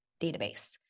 database